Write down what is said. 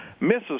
misses